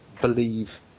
believe